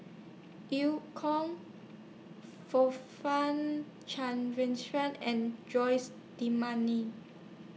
EU Kong Cavenagh and Jose D'